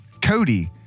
Cody